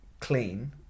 clean